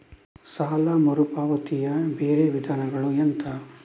ಸಾಲ ಮರುಪಾವತಿಯ ಬೇರೆ ವಿಧಾನಗಳು ಎಂತ?